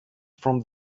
from